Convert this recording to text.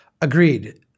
Agreed